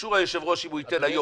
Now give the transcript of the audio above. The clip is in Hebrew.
באישור היושב-ראש אם הוא ייתן היום,